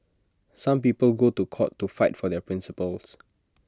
some people go to court to fight for their principles